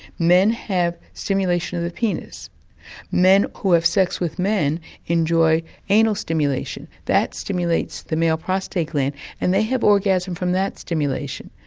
men have stimulation of the penis men who have sex with men enjoy anal stimulation, that stimulates the male prostate gland and they have orgasm from that stimulation.